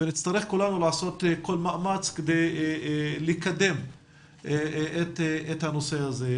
ונצטרך כולנו לעשות כל מאמץ כדי לקדם את הנושא הזה.